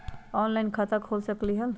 Online खाता खोल सकलीह?